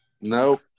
Nope